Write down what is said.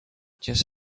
just